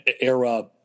era